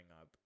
up